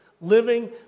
living